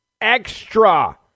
extra